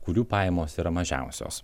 kurių pajamos yra mažiausios